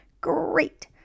Great